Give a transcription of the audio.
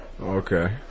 Okay